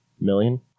million